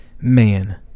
Man